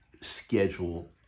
schedule